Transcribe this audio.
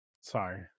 Sorry